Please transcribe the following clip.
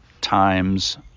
times